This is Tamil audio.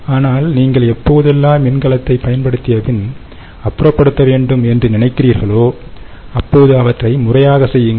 ஆனால் நீங்கள் எப்போதெல்லாம் மின்கலத்தை பயன்படுத்தியபின் அப்புறப்படுத்த வேண்டும் என்று நினைக்கிறீர்களோ அப்போது அவற்றை முறையாக செய்யுங்கள்